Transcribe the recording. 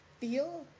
feel